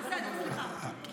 בסדר, סליחה.